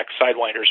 Sidewinders